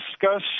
discuss